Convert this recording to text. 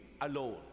alone